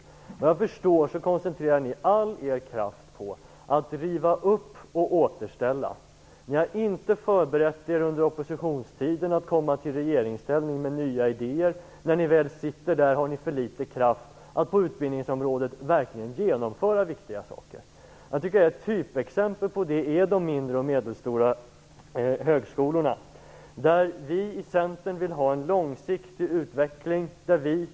Såvitt jag förstår koncentrerar ni all er kraft på att riva upp och återställa. Ni har inte förberett er under oppositionstiden för att komma i regeringsställning med nya idéer. När ni väl befinner er där har ni för litet kraft att verkligen genomföra viktiga saker på utbildningsområdet. Ett typexempel på detta är de mindre och medelstora högskolorna. Vi i Centern ville ha en långsiktig utveckling.